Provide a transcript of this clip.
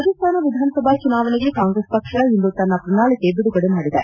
ರಾಜಸ್ತಾನ್ ವಿಧಾನಸಭಾ ಚುನಾವಣೆಗೆ ಕಾಂಗ್ರೆಸ್ ಪಕ್ಷ ಇಂದು ತನ್ನ ಪ್ರಣಾಳಿಕೆಯನ್ನು ಬಿಡುಗಡೆ ಮಾಡಿದೆ